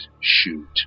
shoot